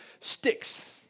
sticks